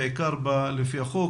בעיקר לפי החוק,